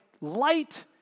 light